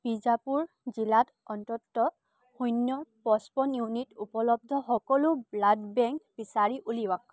বিজাপুৰ জিলাত অন্ততঃ শূন্য পঁচপন্ন ইউনিট উপলব্ধ সকলো ব্লাড বেংক বিচাৰি উলিয়াওক